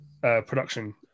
production